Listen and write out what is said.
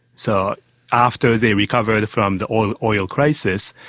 so after they recovered from the oil oil crisis,